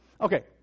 Okay